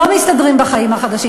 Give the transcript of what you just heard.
לא מסתדרים בחיים החדשים.